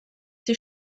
sie